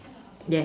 yes